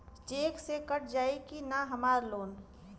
Check से कट जाई की ना हमार लोन?